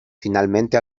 finalmente